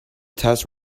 test